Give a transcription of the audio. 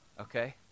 Okay